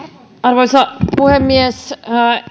arvoisa puhemies